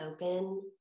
open